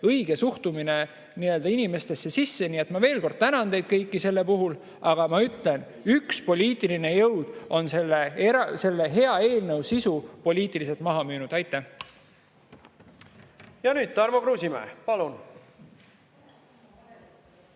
õige suhtumine inimestesse. Nii et ma veel kord tänan teid kõiki selle puhul. Aga ma ütlen: üks poliitiline jõud on selle hea eelnõu sisu poliitiliselt maha müünud. Aitäh! Aitäh, hea istungi juhataja!